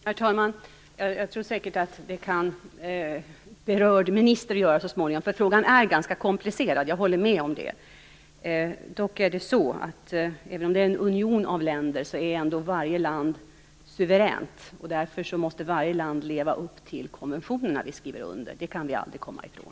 Herr talman! Det kan säkert berörd minister så småningom göra. Jag håller med om att frågan är ganska komplicerad. Men även om det är en union av länder är varje land suveränt. Därför måste varje land leva upp till de konventioner som vi skriver under. Det kan vi aldrig komma ifrån.